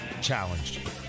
challenged